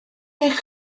eich